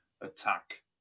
attack